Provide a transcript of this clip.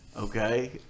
Okay